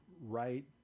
right